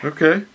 Okay